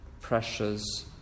pressures